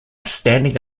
standing